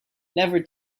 never